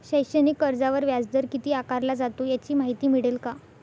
शैक्षणिक कर्जावर व्याजदर किती आकारला जातो? याची माहिती मिळेल का?